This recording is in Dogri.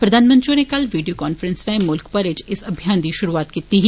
प्रघानमंत्री होरें कल विडियो कान्फ्रैंस राएं मुल्ख मरै च इस अभियान दी शुरुआत कीती ही